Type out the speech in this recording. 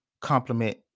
complement